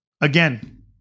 Again